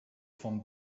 from